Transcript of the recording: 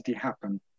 happen